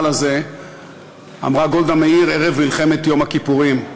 הזה אמרה גולדה מאיר ערב מלחמת יום הכיפורים.